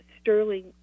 sterling